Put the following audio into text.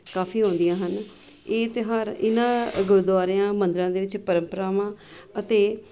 ਕਾਫੀ ਆਉਂਦੀਆਂ ਹਨ ਇਹ ਤਿਉਹਾਰ ਇਹਨਾਂ ਗੁਰਦੁਆਰਿਆਂ ਮੰਦਰਾਂ ਦੇ ਵਿੱਚ ਪਰੰਪਰਾਵਾਂ ਅਤੇ